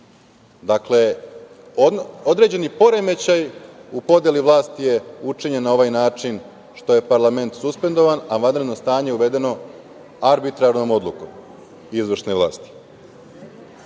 Dakle, određeni poremećaj u povredi vlasti je učinjen na ovaj način što je parlament suspendovan, a vanredno stanje uvedeno arbitrarnom odlukom izvršne vlasti. Na